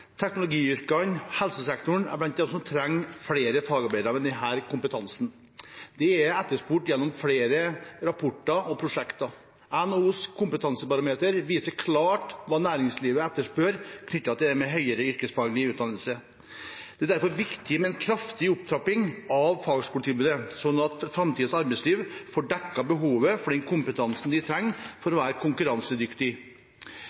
teknologiyrkene og helsesektoren er blant dem som trenger flere fagarbeidere med denne kompetansen. Det er etterspurt gjennom flere rapporter og prosjekter. NHOs kompetansebarometer viser klart hva næringslivet etterspør knyttet til det med høyere yrkesfaglig utdannelse. Det er derfor viktig med en kraftig opptrapping av fagskoletilbudet, sånn at framtidens arbeidsliv får dekket behovet for den kompetansen de trenger for